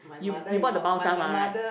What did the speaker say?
you you bought the Mao-Shan-Wang right